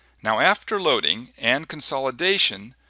now, after loading and consolidation,